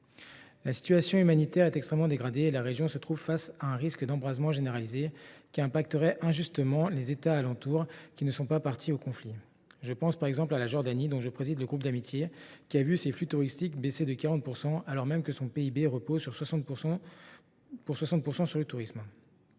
La situation humanitaire est extrêmement dégradée et la région se trouve face à un risque d’embrasement généralisé qui affecterait injustement les États voisins qui ne sont pas partie au conflit. Je pense par exemple à la Jordanie – je préside le groupe d’amitié de notre assemblée avec ce pays –, qui a vu ses flux touristiques baisser de 40 % alors même que son PIB repose pour 60 % sur le tourisme.